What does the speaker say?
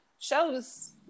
shows